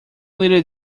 little